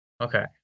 Okay